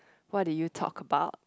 what did you talk about